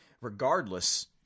regardless